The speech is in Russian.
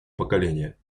поколения